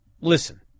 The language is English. Listen